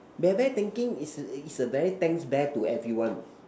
bear bear thanking is is a very thanks bear to everyone